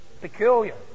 peculiar